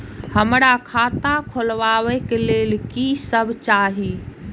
हमरा खाता खोलावे के लेल की सब चाही?